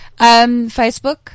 Facebook